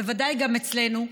בוודאי גם אצלנו,